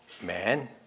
man